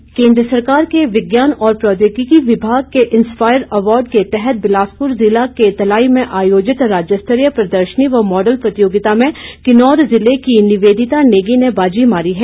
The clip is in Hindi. सम्मान केंद्र सरकार के विज्ञान और प्रौद्योगिकी विभाग के इंस्पायर अवार्ड के तहत बिलासपुर ज़िला के तलाई में आयोजित राज्य स्तरीय प्रदर्शनी व मॉडल प्रतियोगिता में किन्नौर ज़िले की निवेदिता नेगी ने बाजी मारी है